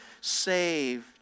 saved